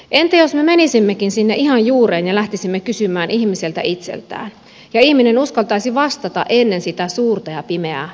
entä jos me menisimmekin sinne ihan juureen ja lähtisimme kysymään ihmiseltä itseltään ja ihminen uskaltaisi vastata ennen sitä suurta ja pimeää mustaa masennusta